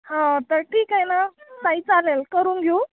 हो तर ठीक आहे ना ताई चालेल करून घेऊ